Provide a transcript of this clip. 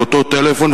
באותו טלפון,